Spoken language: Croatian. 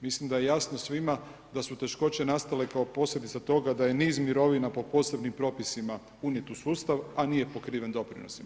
Mislim da je jasno svima d su teškoće nastale kao posljedica toga da je niz mirovina po posebnim propisima unijet u sustav a nije pokriven doprinosima.